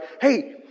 hey